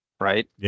right